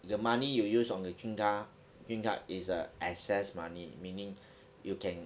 the money you use on the green car green car is a excess money meaning you can